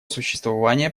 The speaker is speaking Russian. существование